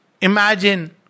Imagine